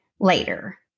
later